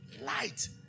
Light